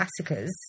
massacres